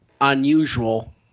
unusual